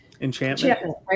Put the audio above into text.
enchantment